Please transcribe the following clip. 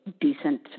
decent